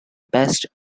best